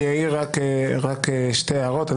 אני אעיר רק שתי הערות.